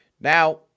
Now